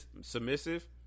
Submissive